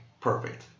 perfect